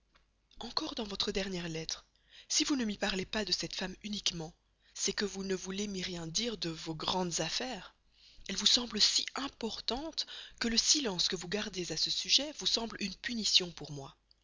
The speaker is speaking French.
encore dans votre dernière lettre si vous ne m'y parlez pas de cette femme uniquement c'est que vous ne voulez me rien dire de vos grandes affaires elles vous semblent si importantes que le silence que vous gardez sur elles vous le croyez une punition pour moi